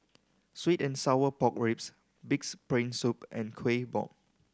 sweet and sour pork ribs Pig's Brain Soup and Kuih Bom